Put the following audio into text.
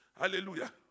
Hallelujah